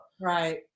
Right